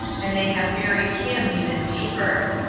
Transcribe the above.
and they have buried him even deeper.